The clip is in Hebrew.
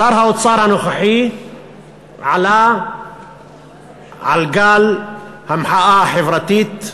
שר האוצר הנוכחי עלה על גל המחאה החברתית,